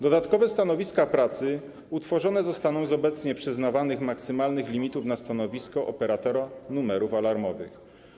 Dodatkowe stanowiska pracy utworzone zostaną z obecnie przyznawanych maksymalnych limitów na stanowisko operatora numerów alarmowych.